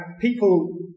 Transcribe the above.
people